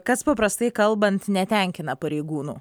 kas paprastai kalbant netenkina pareigūnų